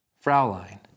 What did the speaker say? Fraulein